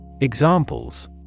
examples